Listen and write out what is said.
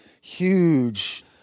huge